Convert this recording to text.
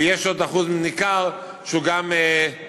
ויש עוד אחוז ניכר שהוא גם מסורתי.